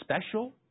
special